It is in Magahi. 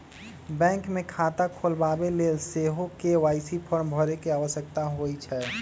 बैंक मे खता खोलबाबेके लेल सेहो के.वाई.सी फॉर्म भरे के आवश्यकता होइ छै